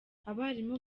abarimu